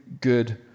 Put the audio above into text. good